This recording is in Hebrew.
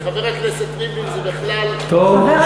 וחבר הכנסת ריבלין זה בכלל, טוב שם משמן טוב.